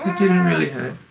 didn't really hurt.